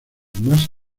más